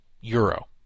euro